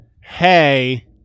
Hey